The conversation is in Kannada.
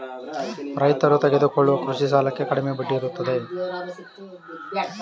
ರೈತರು ತೆಗೆದುಕೊಳ್ಳುವ ಕೃಷಿ ಸಾಲಕ್ಕೆ ಕಡಿಮೆ ಬಡ್ಡಿ ಇರುತ್ತೆ